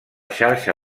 xarxa